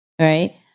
right